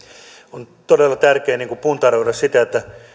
on todella tärkeä puntaroida sitä